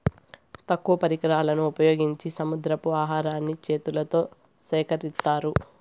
తక్కువ పరికరాలను ఉపయోగించి సముద్రపు ఆహారాన్ని చేతులతో సేకరిత్తారు